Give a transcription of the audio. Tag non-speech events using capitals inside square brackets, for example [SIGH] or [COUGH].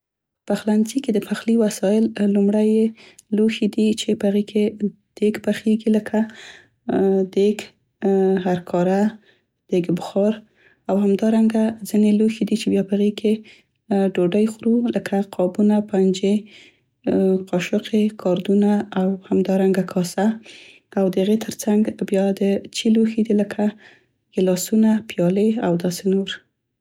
[HESITATION] په پخلنځي کې د پخلي وسایل لومړی یې لوښي دي چې په هغې کې دیګ پخیګي لکه هرکاره، دیګ بخار [HESITATION] دیګ قاشوقې، کاردونه او همدارنګه کاسه. [HESITATION] او همدارنګه ځينې لوښي دي چې بیا په هغې کې ډوډۍ خورو لکه قابونه، پنجې، او د هغې تر څنګ بیا دې چي لوښي دي لکه ګیلاسونه، پیالې او داسې نور.